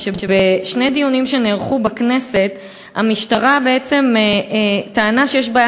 שבשני דיונים שנערכו בכנסת המשטרה טענה שיש בעיה